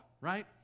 right